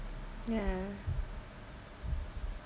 yeah